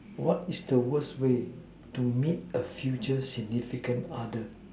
what is the worst way to meet a future significant other